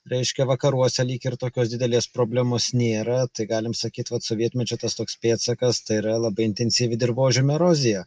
reiškia vakaruose lyg ir tokios didelės problemos nėra tai galim sakyt kad sovietmečio tas toks pėdsakas tai yra labai intensyvi dirvožemio erozija